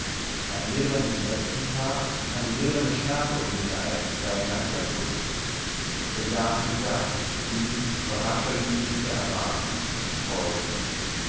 ein silbernes netz um's haar eine silberne schärpe um den leib war ihr ganzer putz so saßen sie da glühend vor rascher jugendlicher erwartung und freude